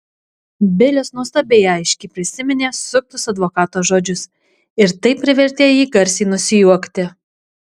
bilis nuostabiai aiškiai prisiminė suktus advokato žodžius ir tai privertė jį garsiai nusijuokti